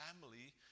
family